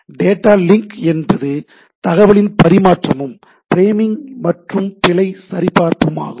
data link என்பது தகவல்களின் பரிமாற்றமும் ஃப்ரேமிங் மற்றும் பிழை சரிபார்ப்புமாகும்